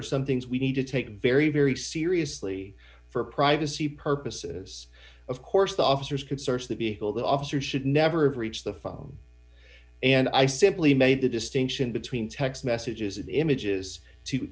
are some things we need to take very very seriously for privacy purposes of course the officers could search that vehicle that officer should never have reached the phone and i simply made the distinction between text messages and images to